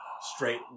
straight